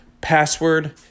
Password